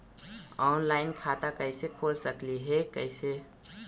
Online खाता कैसे खोल सकली हे कैसे?